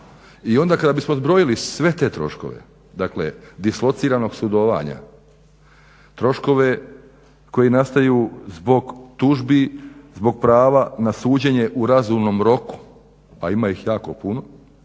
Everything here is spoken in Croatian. I onda kada bismo zbrojili sve te troškove dislociranog sudovanja, troškove koji nastaju zbog tužbi zbog prava na suđenje u razumnom roku, a ima ih jako puno